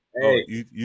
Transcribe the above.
Hey